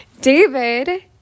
David